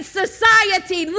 society